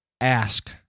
Ask